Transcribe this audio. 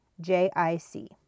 J-I-C